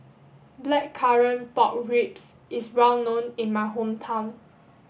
Blackcurrant Pork Ribs is well known in my hometown